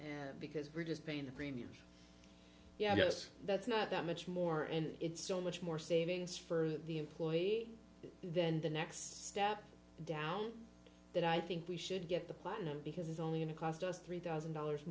because we're just paying the premiums yes that's not that much more and it's so much more savings for the employee then the next step down that i think we should get the platinum because it's only going to cost us three thousand dollars